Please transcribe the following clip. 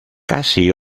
casi